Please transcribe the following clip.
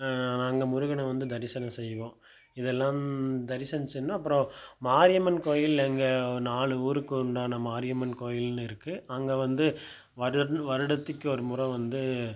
நாங்கள் முருகனை வந்து தரிசனம் செய்வோம் இதெல்லாம் தரிசனம் செய்யணுனால் அப்புறம் மாரியம்மன் கோயில் அங்கே நாலு ஊருக்கு உண்டான மாரியம்மன் கோவில்ன்னு இருக்குது அங்கே வந்து வருட வருடத்துக்கு ஒரு முறை வந்து